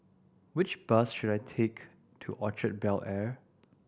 which bus should I take to Orchard Bel Air